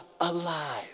alive